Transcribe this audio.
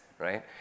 Right